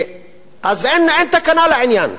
אז אין תקנה לעניין.